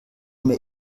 mir